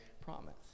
promise